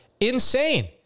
Insane